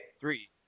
Three